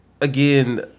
again